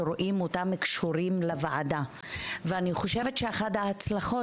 שרואים אותם קשורים לוועדה ואני חושבת שאחד ההצלחות